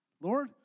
Lord